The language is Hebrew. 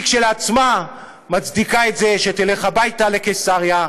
היא כשלעצמה מצדיקה את זה שתלך הביתה לקיסריה,